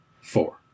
Four